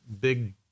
big